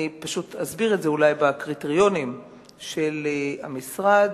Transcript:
אני אסביר את זה אולי בקריטריונים של המשרד.